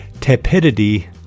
Tepidity